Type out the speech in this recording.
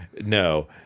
no